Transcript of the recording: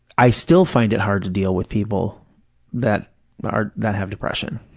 i still find it hard to deal with people that ah that have depression.